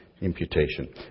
Imputation